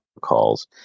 calls